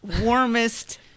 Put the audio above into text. warmest